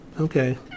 Okay